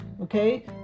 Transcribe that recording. Okay